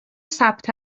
ثبت